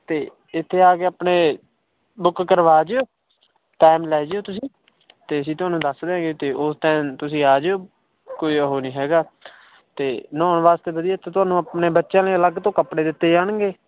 ਅਤੇ ਇੱਥੇ ਆ ਕੇ ਆਪਣੇ ਬੁੱਕ ਕਰਵਾ ਜਿਓ ਟਾਈਮ ਲੈ ਜਿਓ ਤੁਸੀਂ ਅਤੇ ਅਸੀਂ ਤੁਹਾਨੂੰ ਦੱਸ ਦਿਆਂਗੇ ਅਤੇ ਉਸ ਟਾਈਮ ਤੁਸੀਂ ਆ ਜਿਓ ਕੋਈ ਉਹ ਨਹੀਂ ਹੈਗਾ ਅਤੇ ਨਹਾਉਣ ਵਾਸਤੇ ਵਧੀਆ ਅਤੇ ਤੁਹਾਨੂੰ ਆਪਣੇ ਬੱਚਿਆਂ ਲਈ ਅਲੱਗ ਤੋਂ ਕੱਪੜੇ ਦਿੱਤੇ ਜਾਣਗੇ